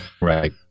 Right